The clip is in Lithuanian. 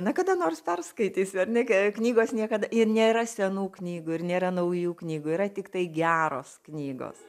na kada nors perskaitysiu ar ne knygos niekada nėra senų knygų ir nėra naujų knygų yra tiktai geros knygos